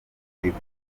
rukiko